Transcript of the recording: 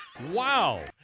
Wow